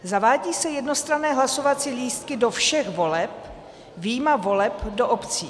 Zavádějí se jednostranné hlasovací lístky do všech voleb, vyjma voleb do obcí.